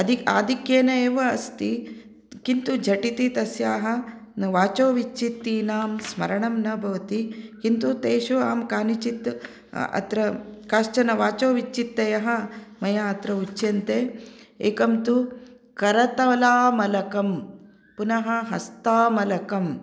अदि आदिक्येन एव अस्ति किन्तु झटिति तस्याः वाचोविच्छित्तीनां स्मरणं न भवति किन्तु तेषु अहं कानिचित् अत्र काश्चन वाचोविच्छित्तयः मया उच्यन्ते एकं तु करतलामलकं पुनः हस्तामलकम्